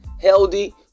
healthy